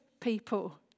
people